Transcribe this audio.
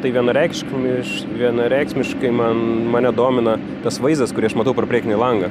tai vienareikšmiš vienareikšmiškai man mane domina tas vaizdas kurį aš matau pro priekinį langą